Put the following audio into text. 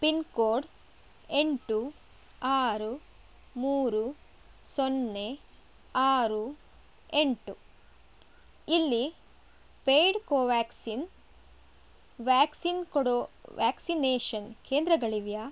pin code ಎಂಟು ಆರು ಮೂರು ಸೊನ್ನೆ ಆರು ಎಂಟು ಇಲ್ಲಿ ಪೇಯ್ಡ್ ಕೋವ್ಯಾಕ್ಸಿನ್ ವ್ಯಾಕ್ಸಿನ್ ಕೊಡೋ ವ್ಯಾಕ್ಸಿನೇಷನ್ ಕೇಂದ್ರಗಳಿವೆಯಾ